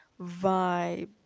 vibe